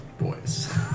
boys